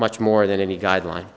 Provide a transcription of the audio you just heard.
much more than any guideline